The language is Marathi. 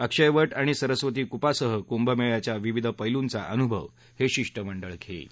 अक्षय वट आणि सरस्वती कुपासह कुंभमेळ्याच्या विविध पैलुंचा अनुभवही हे शिष्टमंडळ घेईल